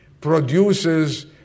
produces